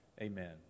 Amen